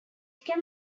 can